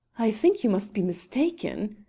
i think you must be mistaken,